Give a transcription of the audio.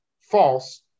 False